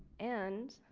and